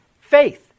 faith